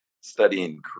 studying